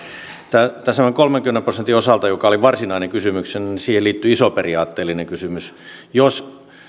tämän kolmenkymmenen prosentin osalta joka oli varsinainen kysymyksenne siihen liittyy iso periaatteellinen kysymys jos